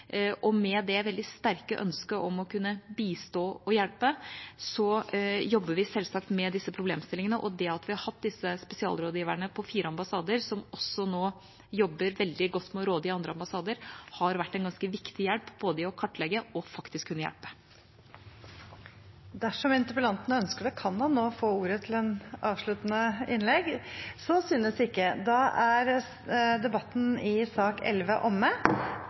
og med det veldig sterke ønsket om å kunne bistå og hjelpe, jobber vi selvsagt med disse problemstillingene, og det at vi har hatt disse spesialrådgiverne på fire ambassader, som nå også jobber veldig godt med å rådgi andre ambassader, har vært en ganske viktig hjelp både i å kartlegge og i faktisk å kunne hjelpe. Dersom interpellanten ønsker det, kan han nå få ordet til et avsluttende innlegg. Så synes ikke, og debatten i sak nr. 11 er omme.